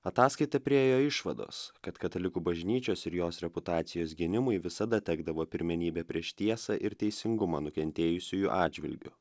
ataskaita priėjo išvados kad katalikų bažnyčios ir jos reputacijos gynimui visada tekdavo pirmenybė prieš tiesą ir teisingumą nukentėjusiųjų atžvilgiu